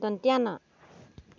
ন